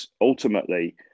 ultimately